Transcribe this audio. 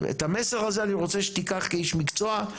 את המסר הזה אני רוצה שתיקח כאיש מקצוע,